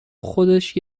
خودش